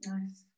Nice